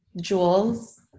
jewels